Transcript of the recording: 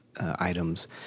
items